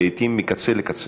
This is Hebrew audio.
לעתים מקצה לקצה: